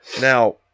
Now